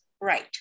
right